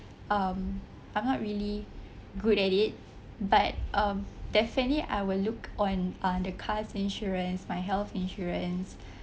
um I'm not really good at it but um definitely I will look on on the car insurance my health insurance